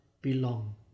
belong